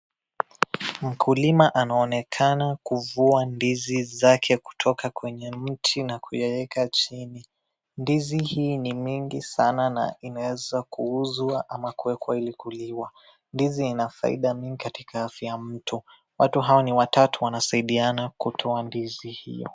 Mkulima anaonekana kuvua ndizi zake kutoka kwenye mti na kuyaeka chini. Ndizi hii ni mingi sana na inaeza kuuzwa ama kuwekwa ili kuliwa, ndizi ina faida nyingi katika afya ya mtu. Watu hao ni watatu wanasaidiana kutoa ndizi.